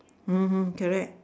mmhmm correct